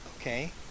okay